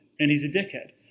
and he's a dickhead.